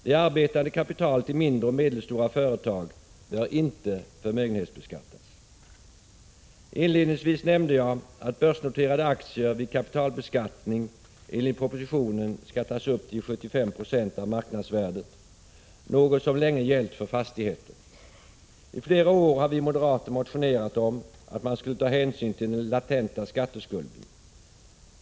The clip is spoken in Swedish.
Det arbetande kapitalet i mindre och medelstora företag bör inte förmögenhetsbeskattas. Inledningsvis nämnde jag att börsnoterade aktier vid kapitalbeskattning enligt propositionen skall tas upp till 75 26 av marknadsvärdet, något som länge gällt för fastigheter. I flera år har vi moderater motionerat om att man skulle ta hänsyn till den latenta skatteskulden.